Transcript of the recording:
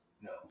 No